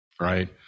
right